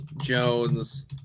jones